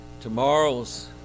tomorrow's